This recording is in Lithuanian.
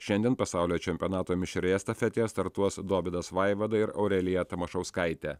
šiandien pasaulio čempionato mišrioje estafetėje startuos dovydas vaivada ir aurelija tamašauskaitė